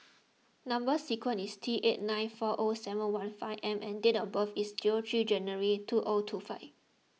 Number Sequence is T eight nine four O seven one five M and date of birth is three January two O two five